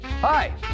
Hi